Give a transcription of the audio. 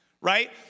right